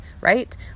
right